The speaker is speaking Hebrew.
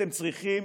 אתם צריכים